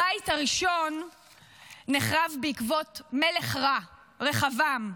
הבית הראשון נחרב בעקבות מלך רע, רחבעם,